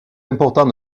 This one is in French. important